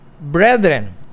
brethren